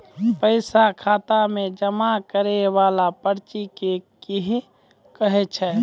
पैसा खाता मे जमा करैय वाला पर्ची के की कहेय छै?